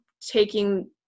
taking